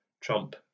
Trump